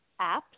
apps